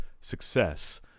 success